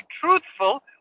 truthful